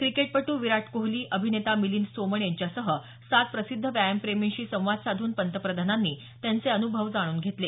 क्रिकेटपटू विराट कोहली अभिनेता मिलिंद सोमण यांच्यासह सात प्रसिद्ध व्यायामप्रेमींशी संवाद साधून पंतप्रधानांनी त्यांचे अनुभव जाणून घेतले